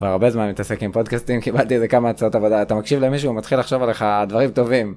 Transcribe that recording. הרבה זמן מתעסק עם פודקאסטים קיבלתי איזה כמה הצעות עבודה אתה מקשיב למישהו הוא מתחיל לחשוב עליך דברים טובים